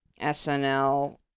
SNL